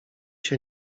się